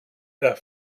the